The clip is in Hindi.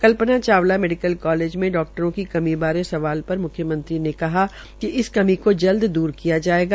कल्पना चावला मेडिकल कालेज में डाक्टरों की कमी बारे सवाल पर मुख्यमंत्री ने कहा कि इस कमी को जल्द दूर किया जायेगा